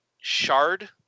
shard